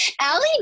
Allie